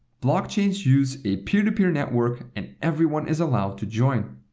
blockchains use a peer-to-peer network and anyone is allowed to join.